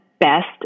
best